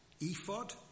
ephod